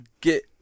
get